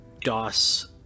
DOS